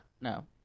No